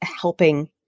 helping